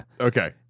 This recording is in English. Okay